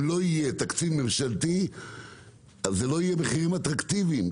אם לא יהיה תקציב ממשלתי אז זה לא יהיה מחירים אטרקטיביים.